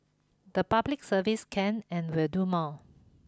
the public service can and will do more